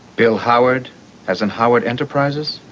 bill howard as in howard enterprises.